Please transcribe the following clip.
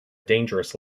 dangerous